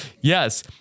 Yes